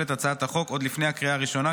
את הצעת החוק עוד לפני הקריאה הראשונה,